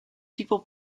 people